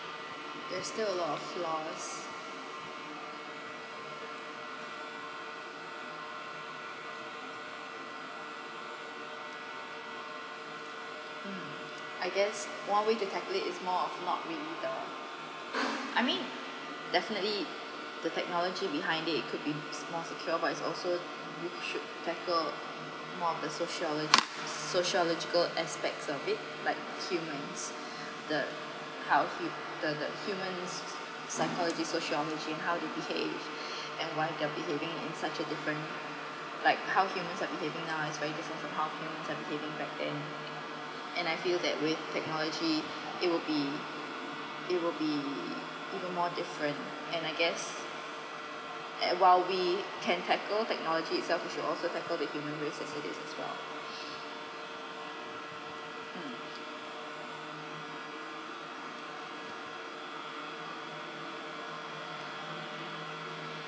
there are still a lot of flaws mm I guess one way to tackle it is more of not really the I mean definitely the technology behind it it could be more secure but it's also we should tackle more of sociali~ sociological aspect of it like humans the how hum~ the the humans psychology sociology how they behave and why they are behaving in such a different like how humans are behaving now is very different from how humans are behaving back then and I feel that with technology it will be it will be even more different and I guess and while we can tackle technology itself we should also tackle the human race as it is as well mm